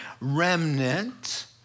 remnant